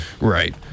Right